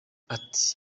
ati